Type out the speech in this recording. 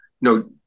no